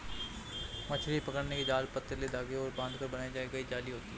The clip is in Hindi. मछली पकड़ने के जाल पतले धागे को बांधकर बनाई गई जाली होती हैं